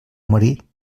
marí